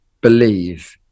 believe